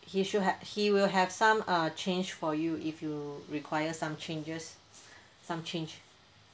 he should h~ he will have some uh change for you if you require some changes some change